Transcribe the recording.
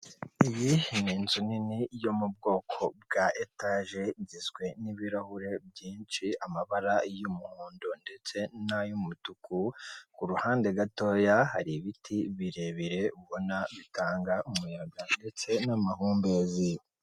Iyi n'inzu nini yo mubwoko bwa etaje, igizwe n'ibirahure byinshi, amabara y'umuhondo ndetse nay'umutuku kuruhande gatoya hari ibiti birebire ubona bitanga umuyaga ndetse n'amahumbezi.